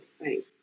right